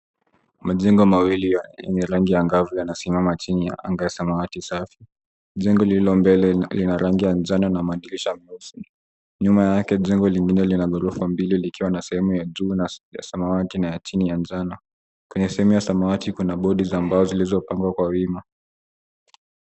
Majengo mawili yenye rangi angavu yanasimama chini ya anga ya samawati safi, jengo lililo mbele lina rangi ya njano na madirisha meusi. Nyuma yake jengo lingine lina ghorofa mbili ikiwa na sehemu ya chuma na ya samawati na chini ya njano. Kwenye sehemu ya samawati, kuna bodi za mbao zilizopangwa kwa wima.